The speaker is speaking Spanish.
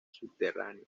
subterránea